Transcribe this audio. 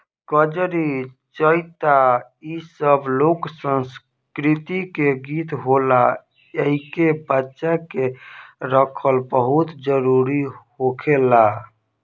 कजरी, चइता इ सब लोक संस्कृति के गीत होला एइके बचा के रखल बहुते जरुरी होखेला